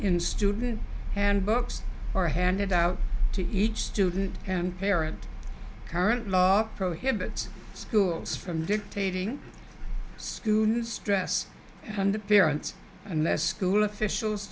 in student and books or handed out to each student and parent current law prohibits schools from dictating students stress on the parents and the school officials